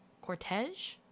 cortege